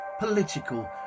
political